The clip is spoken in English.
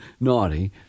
naughty